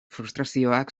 frustrazioak